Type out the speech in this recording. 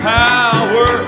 power